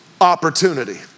opportunity